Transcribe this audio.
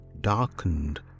darkened